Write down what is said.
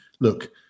look